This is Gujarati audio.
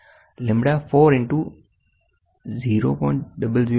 lambda 4 into 0